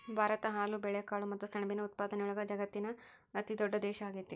ಭಾರತ ಹಾಲು, ಬೇಳೆಕಾಳು ಮತ್ತ ಸೆಣಬಿನ ಉತ್ಪಾದನೆಯೊಳಗ ವಜಗತ್ತಿನ ಅತಿದೊಡ್ಡ ದೇಶ ಆಗೇತಿ